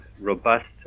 robust